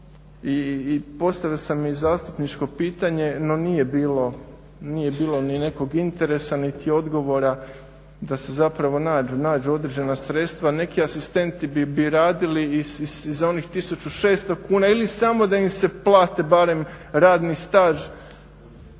I postavio sam i zastupničko pitanje, no nije bilo ni nekog interesa niti odgovora da se zapravo nađu, nađu određena sredstva. Neki asistenti bi radili i za onih 1600 kuna ili samo da im se plate barem radni staž